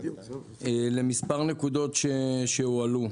למספר נקודות שהועלו,